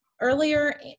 earlier